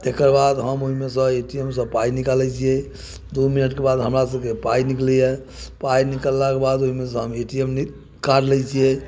तकरबाद हम ओइमे सँ ए टी एम सँ पाइ निकालै छियै दू मिनटके हमरासबके पाइ निकलैये पाइ निकललाक बाद ओइमे सँ हम ए टी एम कार्ड लै छियै